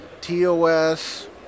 TOS